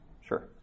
sure